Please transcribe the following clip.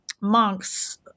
monks